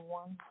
one